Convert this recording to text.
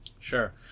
Sure